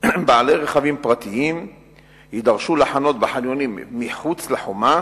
בעלי רכבים פרטיים יידרשו לחנות בחניונים מחוץ לחומה